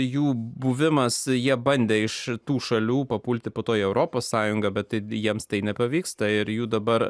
jų buvimas jie bandė iš tų šalių papulti po to į europos sąjungą bet jiems tai nepavyksta ir jų dabar